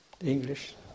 English